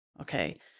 okay